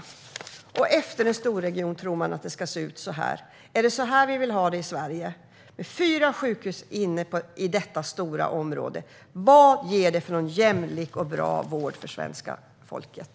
Efter att en storregion har införts tror man att det ska se ut som på denna nya bild som jag visar upp. Är det så här vi vill ha det i Sverige? I detta stora område är det fyra sjukhus. Vad ger det för jämlik och bra vård för svenska folket?